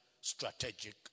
strategic